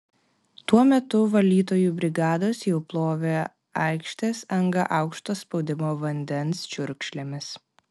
tuo metu valytojų brigados jau plovė aikštės dangą aukšto spaudimo vandens čiurkšlėmis